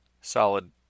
solid